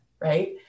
right